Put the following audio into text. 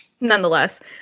nonetheless